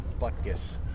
Butkus